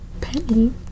penny